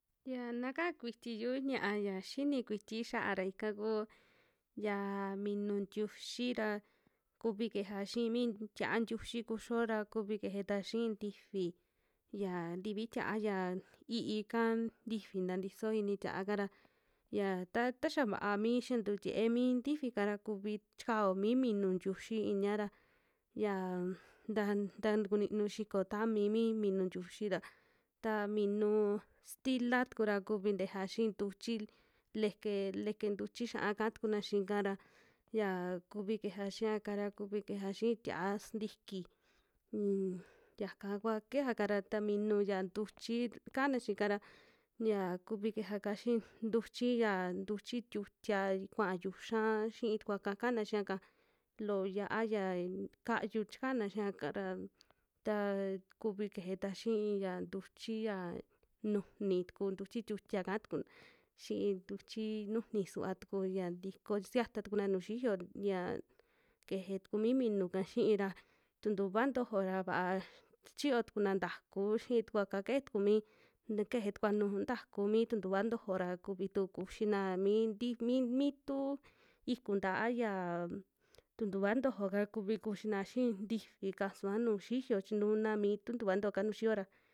Yia na kka kutiyu ña'a ya xini kuitii xia ra ika kuu yaa minu tiuxi ra, kuvi keja xii mi tia'a ntiuxi kuxio ra, kuvi kejetua xii ntifi, ya tivi tia'a ya i'iika tinfi ntatiso ini tia'aka ra yia ta, ta ya va'a mi xia tuu tiee mi ntif'ka ra, kuvi chikao mi minu ntiuxi inia ra yia nta ta tukuninu xiko tami mi minu ntiuxi ra, ta minu stila tuku ra kuvi tejea xii ntuchi leke. leke ntuchi xia'a katukuna xiika ra yaa kuvi kejea xiaka ra, kuvi kejea xii tia'a sntiki un yaka kua kejeaka ra, minu ya ntuchi kaana xika ra ya kuvi kejeaka xii ntuchi ya, ntuchi tiutia kuaa yuxa xii tukua kana xiaka, loo yia'a yan kayu chikana xiaka ra, taa kuvi keje tua xi'i ya ntuchi ya nujuni tuku, ntuchi tiutia katukun xi'i ntuchi nujuni suvaa tuku yia ntiko siata tukuna nu xiyo yaa keje tuku mi minu'ka xii ra, tuntuva ntojo ra vaa chiyotukuna ntaku xii tukuaka keje, tuku mii na keke tukua nuu ntaku mi tuntuva ntojo ra, kuvitu kuxina mi tii, mi tuu iku taa yiaa tuntuva ntojo. ka kuvi kuxinaa xii ntifi kasua nuu xiyo chintuna mi tuntuva ntojo'ka nuu xiyo ra.